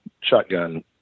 shotgun